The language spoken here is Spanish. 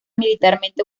militarmente